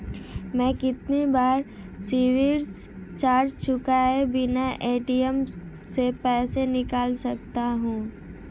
मैं कितनी बार सर्विस चार्ज चुकाए बिना ए.टी.एम से पैसे निकाल सकता हूं?